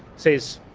says,